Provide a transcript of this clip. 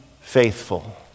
faithful